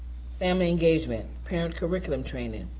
family engagement, parent curriculum training,